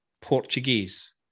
Portuguese